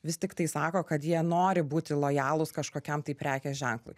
vis tiktai sako kad jie nori būti lojalūs kažkokiam tai prekės ženklui